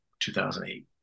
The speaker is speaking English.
2008